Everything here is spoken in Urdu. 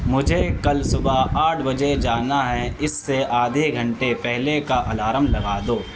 مجھے کل صبح آٹھ بجے جانا ہے اس سے آدھے گھنٹے پہلے کا الارم لگا دو